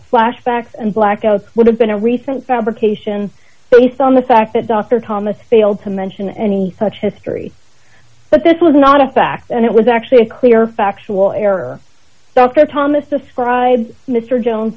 flashbacks and blackouts would have been a recent fabrication so you saw in the fact that dr thomas failed to mention any such history but this was not a fact and it was actually a clear factual error so thomas describes mr jones